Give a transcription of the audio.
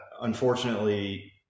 unfortunately